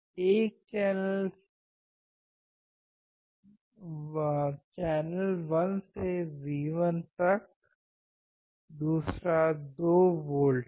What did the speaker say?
एक चैनल 1 से V1 तक दूसरा 2 वोल्ट है